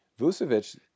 Vucevic